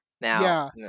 Now